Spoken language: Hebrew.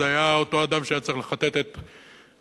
היה אותו אדם שהיה צריך לכתת את רגליו,